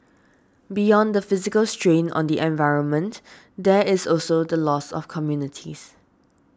beyond the physical strain on the environment there is also the loss of communities